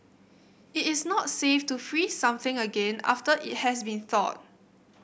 it is not safe to freeze something again after it has been thawed